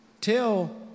tell